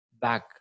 back